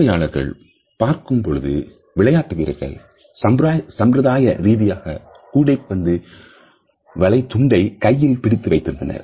பார்வையாளர்கள் பார்க்கும் பொழுது விளையாட்டு வீரர்கள் சம்பிரதாய ரீதியாக கூடைப்பந்து வலை துண்டை கையில் பிடித்து வைத்திருந்தனர்